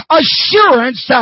assurance